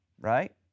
right